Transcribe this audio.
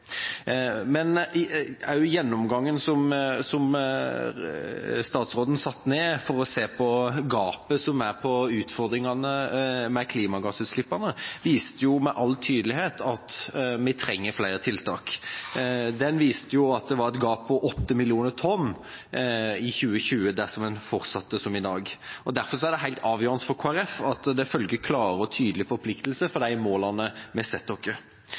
Men nå er denne saken først og fremst om tilknytninga til EUs klimamål. Også gjennomgangen som statsråden hadde for å se på gapet som gjelder utfordringene i forbindelse med klimagassutslipp, viste jo med all tydelighet at vi trenger flere tiltak. Den viste at det vil bli et gap på 8 millioner tonn i 2020, dersom en fortsetter som i dag. Derfor er det helt avgjørende for Kristelig Folkeparti at det følger klare og tydelige forpliktelser for de målene vi setter oss.